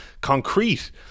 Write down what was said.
concrete